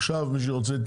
עכשיו מי שרוצה.